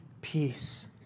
peace